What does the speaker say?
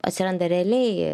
atsiranda realiai